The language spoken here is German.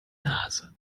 nase